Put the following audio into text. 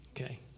okay